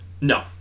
No